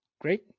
Great